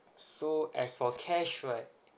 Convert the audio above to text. so as for cash right